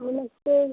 नमस्ते